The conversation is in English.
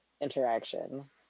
interaction